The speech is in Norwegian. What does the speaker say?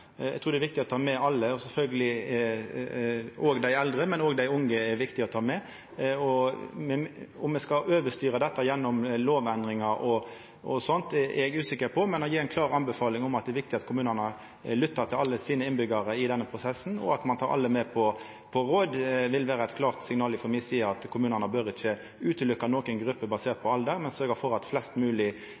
Eg trur det er viktig å ta med alle, òg dei eldre, men òg dei unge er det viktig å ta med. Om me skal overstyra dette gjennom lovendringar og sånt, er eg usikker på, men å gje ei klar tilråding om at det er viktig at kommunane lyttar til alle innbyggjarane sine i denne prosessen og tek alle med på råd, vil vera eit klart signal frå mi side om at kommunane bør ikkje utelata noka gruppe basert på alder, men sørgja for at flest